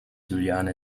juliane